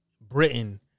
britain